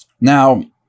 Now